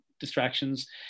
distractions